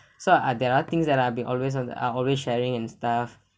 so are there are things that I always been always on the I'll always sharing and stuff